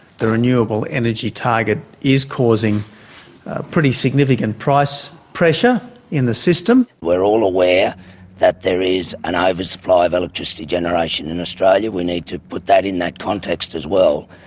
the renewable energy target is causing pretty significant price pressure in the system. we are all aware that there is an oversupply of electricity generation in australia. we need to put that in that context as well.